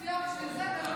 ההצעה להעביר את